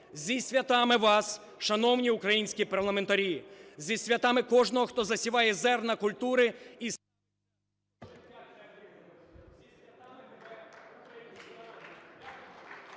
Зі святами вас, шановні українські парламентарі! Зі святами кожного, хто засіває зерна культури…